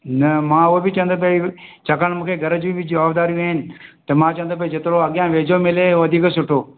न मां उहो बि चवंदो आहियां भाई छाकाणि मूंखे घर जी बि जवाबदारियूं आहिनि त मां चवंदो भाई जेतिरो अॻियां वेझो मिले वधीक सुठो